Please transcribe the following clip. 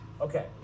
Okay